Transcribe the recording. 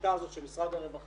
השיטה של משרד הרווחה,